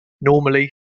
normally